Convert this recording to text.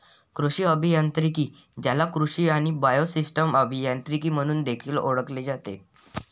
कृषी अभियांत्रिकी, ज्याला कृषी आणि बायोसिस्टम अभियांत्रिकी म्हणून देखील ओळखले जाते